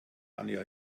anja